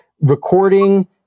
recording